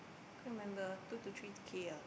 can't remember two to three K ah